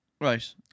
Right